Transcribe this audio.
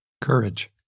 Courage